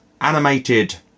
animated